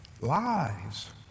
Lies